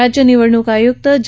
राज्य निवडणूक आयुक्त ज